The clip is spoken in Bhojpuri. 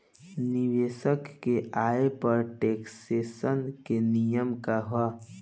निवेश के आय पर टेक्सेशन के नियम का ह?